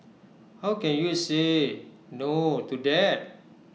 how can you say no to that